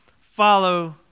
follow